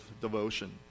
devotion